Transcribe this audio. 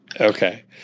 Okay